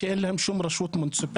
שאין להם שום רשות מוניציפלית,